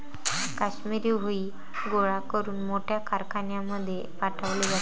काश्मिरी हुई गोळा करून मोठ्या कारखान्यांमध्ये पाठवले जाते